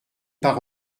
par